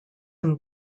him